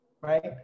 right